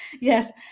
yes